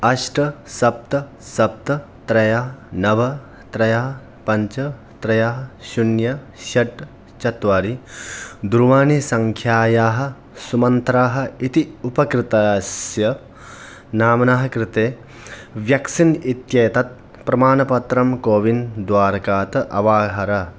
अष्ट सप्त सप्त त्रयः नव त्रयः पञ्च त्रयः शून्यं षट् चत्वारि दूरवाणीसङ्ख्यायाः सुमन्त्राः इति उपकृतस्य नाम्नः कृते व्यक्सीन् इत्येतत् प्रमणनपत्रं कोविन् द्वारकात् अवाहर